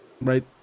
right